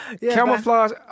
Camouflage